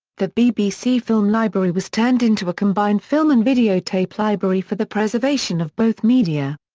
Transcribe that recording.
the bbc film library was turned into a combined film and videotape library for the preservation of both media.